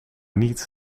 niet